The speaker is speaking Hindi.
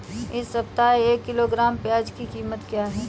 इस सप्ताह एक किलोग्राम प्याज की कीमत क्या है?